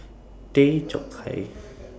Tay Chong Hai